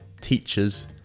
teachers